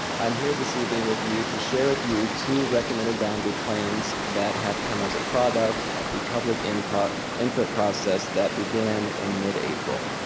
i'm here this evening with you to share with you two recommended boundary plans that have come as a product of the public input input process that began in mid april